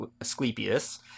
Asclepius